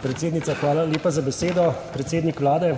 Predsednica, hvala lepa za besedo. Predsednik Vlade,